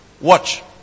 Watch